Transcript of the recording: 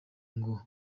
ngo